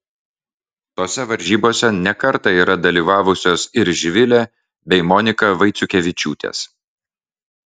tose varžybose ne kartą yra dalyvavusios ir živilė bei monika vaiciukevičiūtės